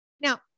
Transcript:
Now